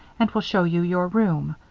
and will show you your room.